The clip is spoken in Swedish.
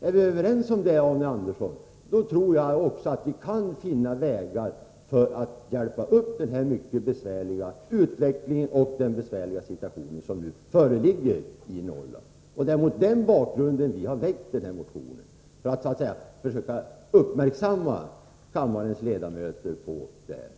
Är vi överens om det, Arne Andersson, tror jag också att vi kan finna vägar för att motverka den mycket besvärliga utvecklingen och den situation som nu råder i Norrland. Det är mot denna bakgrund som vi har väckt motionen — för att försöka göra kammarens ledamöter uppmärksamma på detta.